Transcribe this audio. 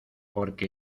porque